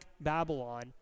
Babylon